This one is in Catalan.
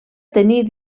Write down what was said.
tenir